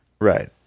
Right